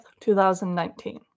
2019